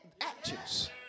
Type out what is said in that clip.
actions